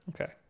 Okay